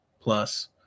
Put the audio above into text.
plus